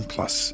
Plus